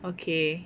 okay